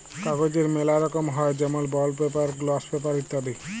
কাগজের ম্যালা রকম হ্যয় যেমল বন্ড পেপার, গ্লস পেপার ইত্যাদি